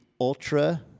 ultra